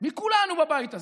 מכולנו בבית הזה,